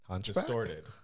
distorted